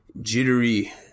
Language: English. jittery